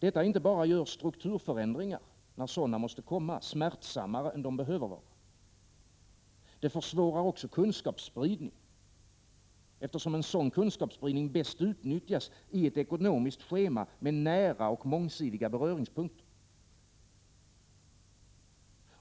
Detta inte bara gör strukturförändringar, när sådana måste komma, smärtsammare än de behöver vara, utan det försvårar också kunskapsspridning, eftersom en sådan bäst utnyttjas i ett ekonomiskt schema med nära och mångsidiga beröringspunkter.